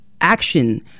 action